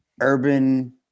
urban